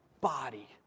body